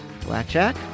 Blackjack